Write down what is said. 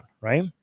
right